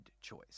choice